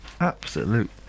absolute